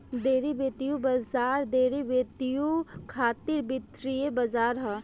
derivative बाजार derivative खातिर वित्तीय बाजार ह